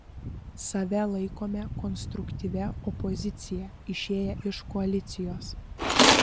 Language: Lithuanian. save laikome konstruktyvia opozicija išėję iš koalicijos